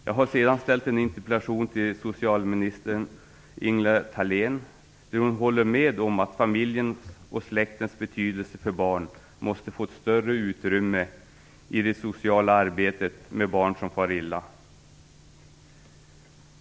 Jag har sedan ställt en interpellation till socialminister Ingela Thalén. Hon håller med om att familjens och släktens betydelse för barnen måste få ett större utrymme i det sociala arbetet med barn som far illa.